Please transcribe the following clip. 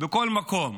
בכל מקום.